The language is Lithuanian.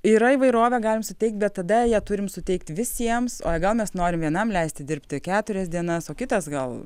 yra įvairovė galim suteikt bet tada ją turim suteikt visiems o gal mes norim vienam leisti dirbti keturias dienas o kitas gal